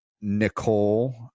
Nicole